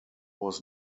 was